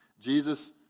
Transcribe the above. Jesus